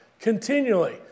continually